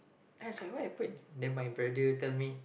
I was like what happen then my brother tell me